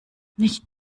nicht